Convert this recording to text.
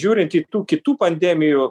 žiūrint į tų kitų pandemijų